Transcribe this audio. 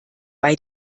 bei